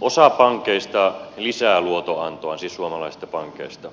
osa pankeista lisää luotonantoa siis suomalaisista pankeista